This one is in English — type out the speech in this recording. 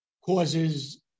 causes